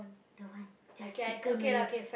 don't want just chicken only